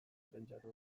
pentsatu